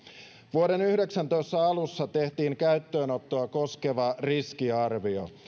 vuoden yhdeksäntoista alussa tehtiin käyttöönottoa koskeva riskiarvio